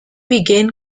began